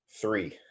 three